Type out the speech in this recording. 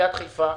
עיריית חיפה,